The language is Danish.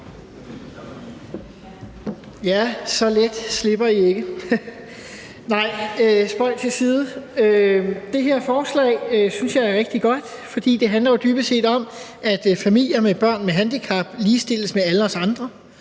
Ja, så let slipper I ikke! Nej, spøg til side. Det her forslag synes jeg jo er rigtig godt, fordi det dybest set handler om, at familier med børn med handicap ligestilles med alle os andre.